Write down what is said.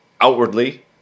Outwardly